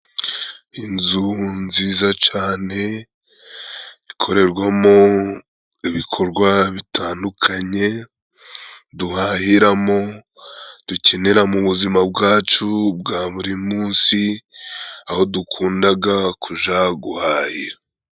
Inzu nziza cane， ikorerwamo bikorwa bitandukanye，duhahiramo， dukenera mu buzima bwacu bwa buri munsi，aho dukundaga kuja guhahira.